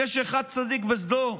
יש צדיק אחד בסדום,